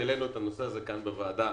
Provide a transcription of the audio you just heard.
העלינו את הנושא הזה כאן בוועדה